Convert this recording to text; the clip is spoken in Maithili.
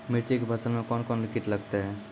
मिर्ची के फसल मे कौन कौन कीट लगते हैं?